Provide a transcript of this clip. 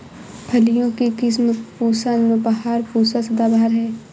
फलियों की किस्म पूसा नौबहार, पूसा सदाबहार है